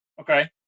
Okay